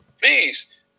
Please